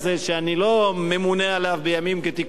שאני לא ממונה עליו בימים כתיקונם,